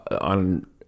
On